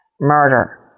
murder